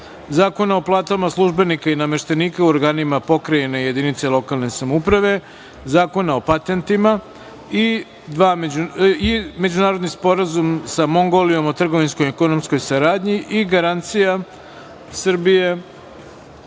Zakona o platama službenika i nameštenika u organima Pokrajine i jedinice lokalne samouprave; Zakona o patentima i Međunarodni Sporazum sa Mongolijom o trgovinskom i ekonomskoj saradnji i garancija Srbije